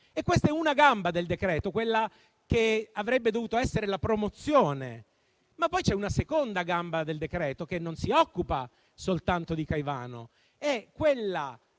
e questa è una gamba del decreto, quella che avrebbe dovuto essere la promozione. C'è una seconda gamba del decreto, che non si occupa soltanto di Caivano: è quella